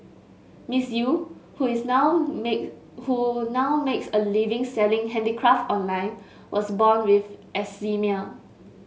Miss Eu who is now make who now makes a living selling handicraft online was born with eczema